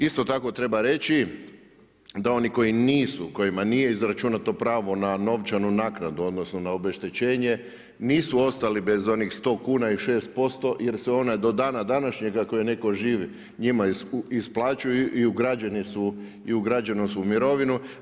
Isto tako treba reći, da oni koji nisu, kojima nije izračunato pravo na novčanu naknadu, odnosno, na obeštećenje, nisu ostali bez onih 100 kuna i 6% jer se ona do dana današnjega, kojeg netko živ, njima isplaćuju i ugrađeni su i u građevnom su mirovinu.